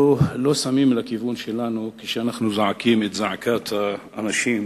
לא שמים לכיוון שלנו כשאנחנו זועקים את זעקת האנשים.